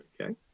Okay